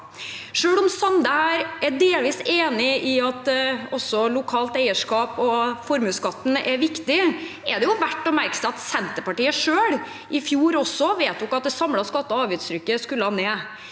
Selv om Sande her er delvis enig i at lokalt eierskap og formuesskatten er viktig, er det verdt å merke seg at Senterpartiet selv i fjor vedtok at det samlede skatte- og avgiftstrykket skulle ned.